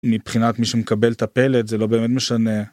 מבחינת מי שמקבל את הפלט זה לא באמת משנה.